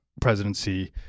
presidency